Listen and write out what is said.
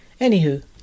Anywho